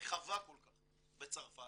הרחבה כל כך בצרפת,